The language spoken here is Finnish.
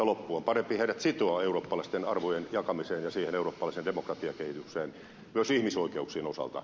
on parempi heidät sitoa eurooppalaisten arvojen jakamiseen ja siihen eurooppalaiseen demokratiakehitykseen myös ihmisoikeuksien osalta